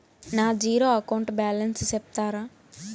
నా zero account balance సెప్తారా?